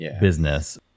business